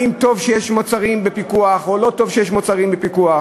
אם זה טוב שיש מוצרים בפיקוח או לא טוב שיש מוצרים בפיקוח.